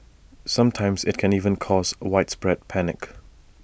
sometimes IT can even cause widespread panic